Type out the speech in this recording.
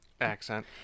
accent